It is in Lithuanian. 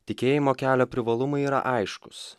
tikėjimo kelio privalumai yra aiškus